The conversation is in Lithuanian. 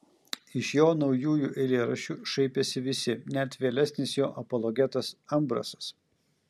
iš jo naujųjų eilėraščių šaipėsi visi net vėlesnis jo apologetas ambrasas